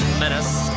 menace